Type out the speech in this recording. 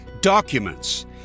Documents